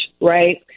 right